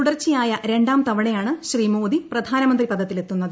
തുടർച്ചയായ രണ്ടാം തവണയാണ് ശ്രീ മോദി പ്രധാനമന്ത്രിപദത്തിലെത്തുന്നത്